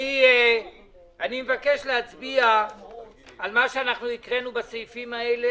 אני מבקש להצביע על מה שהקראנו בסעיפים האלה.